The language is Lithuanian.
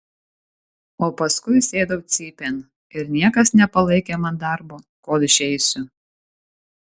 o paskui sėdau cypėn ir niekas nepalaikė man darbo kol išeisiu